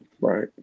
Right